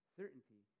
certainty